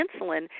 insulin